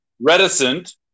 reticent